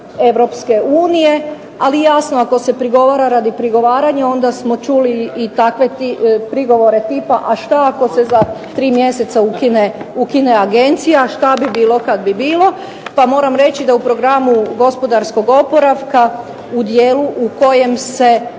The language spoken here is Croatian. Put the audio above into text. Europske unije, ali jasno ako se prigovara radi prigovaranja, onda smo čuli i takve prigovore tipa a šta ako se za 3 mjeseca ukine agencije, šta bi bilo kad bi bilo. Pa moram reći da u programu gospodarskog oporavka u dijelu u kojem se